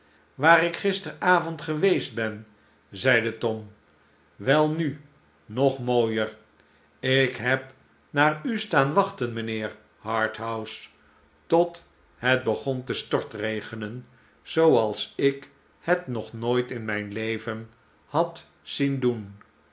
waar ik gisteravond geweest ben zeide tom wel nu nog mooier ik heb naar u staan wachten mijnheer harthouse tot het begon te stortregenen zooals ik het nog nooit in mijn leven had zien doen